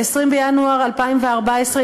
ב-20 בינואר 2014,